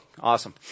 awesome